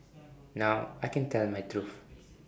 now I can tell my truth